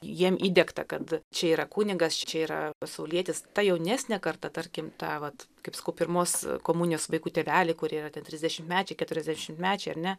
jiem įdiegta kad čia yra kunigas čia yra pasaulietis ta jaunesnė karta tarkim ta vat kaip sakau pirmos komunijos vaikų tėveliai kurie yra ten trisdešimtmečiai keturiasdešimtmečiai ar ne